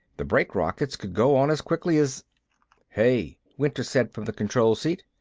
the brake rockets could go on as quickly as hey, winter said from the control seat.